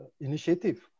initiative